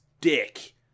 dick